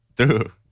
true